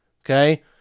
Okay